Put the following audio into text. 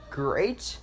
great